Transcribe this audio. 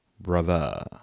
brother